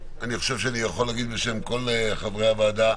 ואני אומר את זה בשם כל חברי הוועדה.